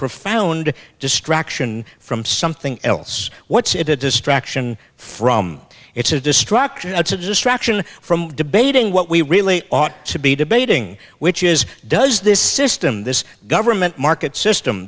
profound distraction from something else what's it a distraction from it's a destruction it's a distraction from debating what we really ought to be debating which is does this system this government market system